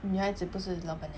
女孩子不是老板娘